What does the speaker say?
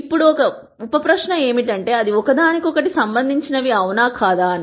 ఇప్పుడు ఒక ఉప ప్రశ్న ఏమిటంటే అది ఒకదానికొకటి సంబంధించినవి అవునా కాదా అని